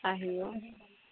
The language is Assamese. আহিব